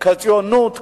כציונות כובשת.